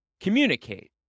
communicate